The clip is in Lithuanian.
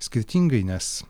skirtingai nes